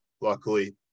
luckily